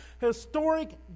historic